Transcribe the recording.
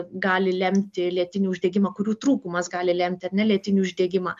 gali lemti lėtinį uždegimą kurių trūkumas gali lemti ar ne lėtinį uždegimą